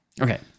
okay